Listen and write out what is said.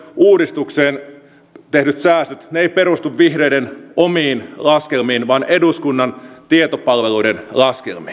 uudistukseen tehdyt säästöt eivät perustu vihreiden omiin laskelmiin vaan eduskunnan tietopalveluiden laskelmiin